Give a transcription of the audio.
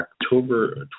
october